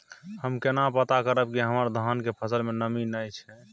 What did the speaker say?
हम केना पता करब की हमर धान के फसल में नमी नय छै?